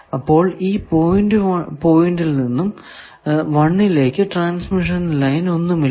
അപ്പോൾ ഈ പോയിന്റിൽ നിന്നും 1 ലേക്ക് ട്രാൻസ്മിഷൻ ലൈൻ ഒന്നുമില്ല